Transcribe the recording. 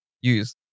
use